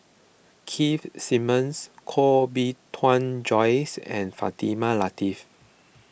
Keith Simmons Koh Bee Tuan Joyce and Fatimah Lateef